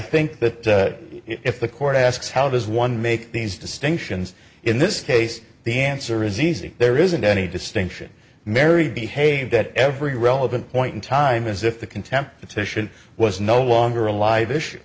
think that if the court asks how does one make these distinctions in this case the answer is easy there isn't any distinction mary behaved at every relevant point in time as if the contempt petition was no longer a live issue